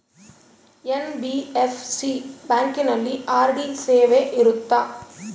NBFC ಬ್ಯಾಂಕಿನಲ್ಲಿ RD ಸೇವೆ ಇರುತ್ತಾ?